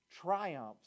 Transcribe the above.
triumphs